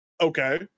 Okay